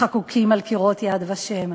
החקוקים על קירות "יד ושם".